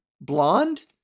blonde